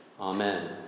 Amen